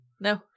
No